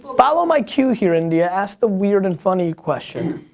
follow my queue here, india. ask the weird and funny question.